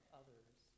others